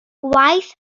gwaith